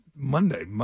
Monday